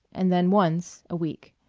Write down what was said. and then once, a week.